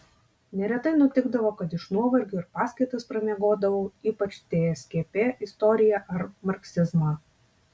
neretai nutikdavo kad iš nuovargio ir paskaitas pramiegodavau ypač tskp istoriją ar marksizmą